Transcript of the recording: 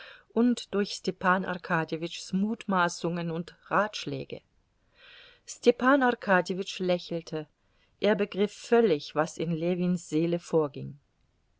und durch stepan arkadjewitschs mutmaßungen und ratschläge stepan arkadjewitsch lächelte er begriff völlig was in ljewins seele vorging